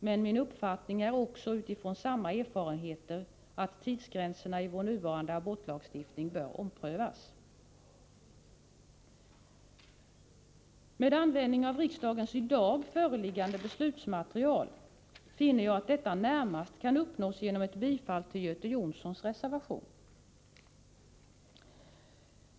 Men min uppfattning är också, med utgångspunkt i samma erfarenheter, att tidsgränserna i vår nuvarande abortlagstiftning bör omprövas. Med användning av riksdagens i dag föreliggande beslutsmaterial finner jag att detta närmast kan uppnås genom ett bifall till Göte Jonssons reservation.